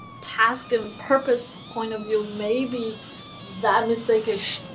task and purpose point of view maybe that mistake is,